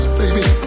baby